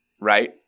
right